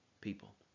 people